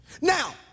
Now